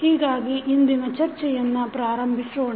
ಹೀಗಾಗಿ ಇಂದಿನ ಚರ್ಚೆಯನ್ನು ಪ್ರಾರಂಭಿಸೋಣ